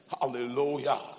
Hallelujah